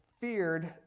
feared